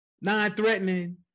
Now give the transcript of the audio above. non-threatening